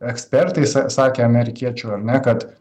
ekspertai sa sakė amerikiečių ar ne kad